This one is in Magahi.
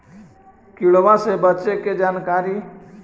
किड़बा से बचे के जानकारी?